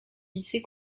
lycée